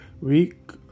week